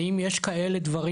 האם יש כאלה דברים,